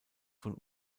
von